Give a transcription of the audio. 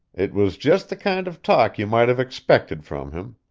it was just the kind of talk you might have expected from him.